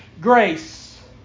Grace